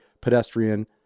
pedestrian